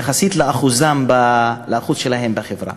יחסית לאחוז שלהם בחברה.